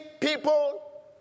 people